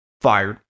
fired